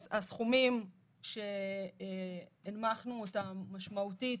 הסכומים שהנמכנו אותם משמעותית